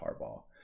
Harbaugh